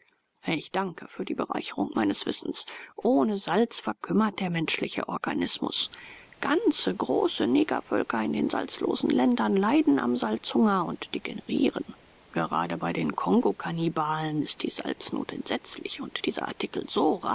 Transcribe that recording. ich danke für die bereicherung meines wissens ohne salz verkümmert der menschliche organismus ganze große negervölker in den salzlosen ländern leiden am salzhunger und degenerieren gerade bei den kongokannibalen ist die salznot entsetzlich und dieser artikel